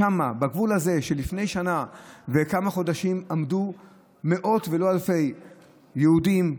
שבגבול הזה לפני שנה וכמה חודשים עמדו מאות אם לא אלפי יהודים,